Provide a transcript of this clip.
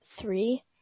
three